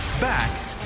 Back